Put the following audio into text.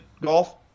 golf